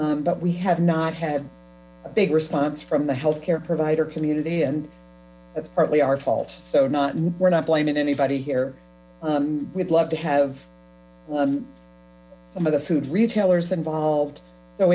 table but we have not had a big response from the health care provider community and that's partly our fault so not we're not blaming anybody here we'd love to have some of the food retailers involved so